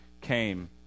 came